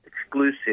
exclusive